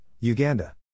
Uganda